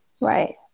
right